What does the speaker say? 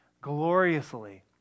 gloriously